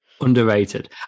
underrated